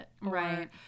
Right